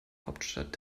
hauptstadt